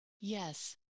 Yes